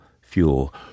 fuel